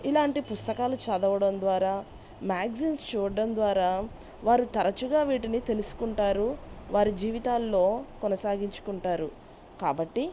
ఇలాంటి పుస్తకాలు చదవడం ద్వారా మ్యాగ్జిన్స్ చూడ్డం ద్వారా వారు తరచుగా వీటిని తెలుసుకుంటారు వారి జీవితాల్లో కొనసాగించుకుంటారు కాబట్టి